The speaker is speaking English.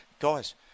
Guys